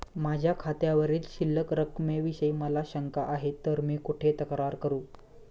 माझ्या खात्यावरील शिल्लक रकमेविषयी मला शंका आहे तर मी कुठे तक्रार करू?